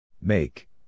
Make